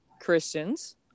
Christians